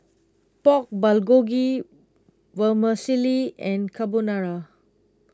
Pork Bulgogi Vermicelli and Carbonara